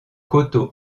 coteau